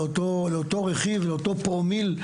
לאותו פרומיל,